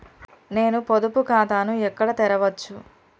నేను పొదుపు ఖాతాను ఎక్కడ తెరవచ్చు?